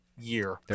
year